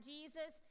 Jesus